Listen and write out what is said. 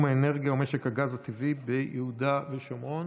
האנרגיה ומשק הגז הטבעי ביהודה ושומרון.